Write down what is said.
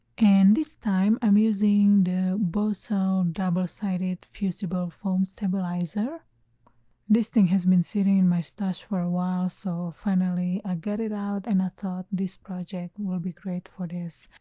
and this time i'm using the bosal double-sided fusible foam stabilizer this thing has been sitting in my stash for a while so finally i got it out and i thought this project will be great for this.